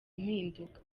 impinduka